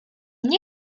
nie